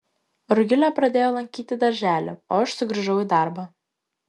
rugilė pradėjo lankyti darželį o aš sugrįžau į darbą